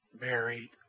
married